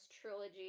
trilogy